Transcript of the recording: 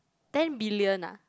ten billion ah